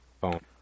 phone